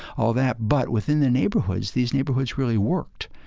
all that, but within the neighborhoods, these neighborhoods really worked,